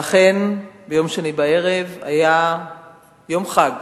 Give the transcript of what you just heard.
ואכן, ביום שני בערב היה יום חג,